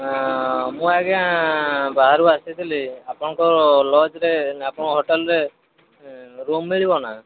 ମୁଁ ଆଜ୍ଞା ବାହାରୁ ଆସିଥିଲି ଆପଣଙ୍କ ଲଜ୍ରେ ଆପଣଙ୍କ ହୋଟେଲ୍ରେ ରୁମ୍ ମିଳିବ ନା